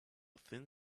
thin